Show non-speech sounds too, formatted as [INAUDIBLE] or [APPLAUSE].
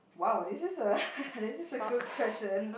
!wow! this is a [LAUGHS] this is a good question